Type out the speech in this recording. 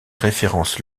références